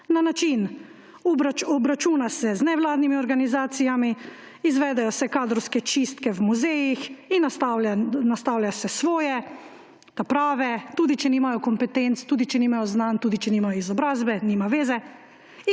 da se obračuna z nevladnimi organizacijami, izvedejo se kadrovske čistke v muzejih in nastavlja se svoje. Ta prave. Tudi če nimajo kompetenc, tudi če nimajo znanj, tudi če nimajo izobrazbe, nima veze,